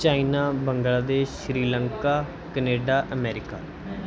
China Bangladesh Sri Lanka Canada America